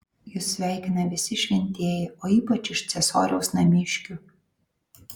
jus sveikina visi šventieji o ypač iš ciesoriaus namiškių